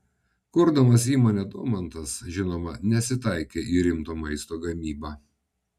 kurdamas įmonę domantas žinoma nesitaikė į rimto maisto gamybą